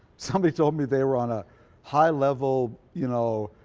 somebody told me they were on a high level, you know,